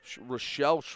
Rochelle